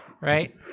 Right